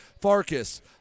Farkas